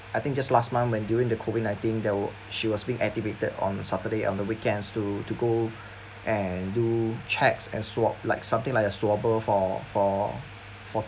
I think just last month when during the COVID nineteen they were she was being activated on a saturday on the weekends to to go and do checks and swab like something like a swabber for for for